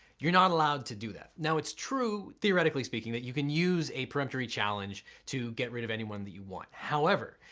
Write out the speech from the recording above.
you're not allowed to do that. now its true, theoretically speaking, that you can use a peremptory challenge to get rid of anyone that you want. however,